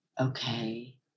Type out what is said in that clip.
okay